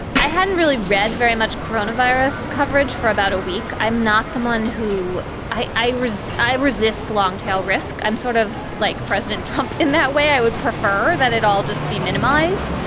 i hadn't really read very much coronavirus coverage for about a week. i'm not someone who i i was. i resist long tail risk. i'm sort of like president trump in that way. i would prefer that it all just be minimized.